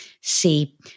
See